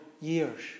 years